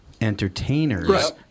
entertainers